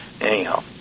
Anyhow